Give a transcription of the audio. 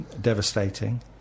devastating